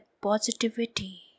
positivity